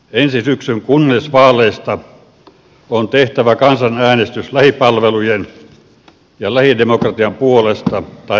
ensi syksyn kunnallisvaaleista on tehtävä kansanäänestys lähipalvelujen ja lähidemokratian puolesta tai niitä vastaan